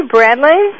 Bradley